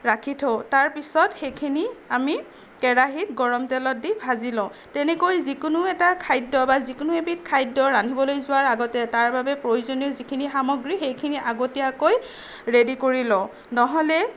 ৰাখি থওঁ তাৰপিছত সেইখিনি আমি কেৰাহীত গৰম তেল দি ভাজি লওঁ তেনেকৈ যিকোনো এটা খাদ্য বা যিকোনো এবিধ খাদ্য ৰান্ধিবলৈ যোৱাৰ আগতে তাৰবাবে প্ৰয়োজনীয় যিখিনি সামগ্ৰী সেইখিনি আগতীয়াকৈ ৰেডি কৰি লওঁ নহ'লে